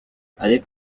ariko